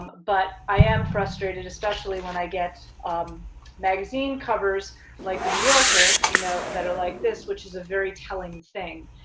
um but i am frustrated, especially when i get um magazine covers like the new yorker you know that are like this, which is a very telling thing,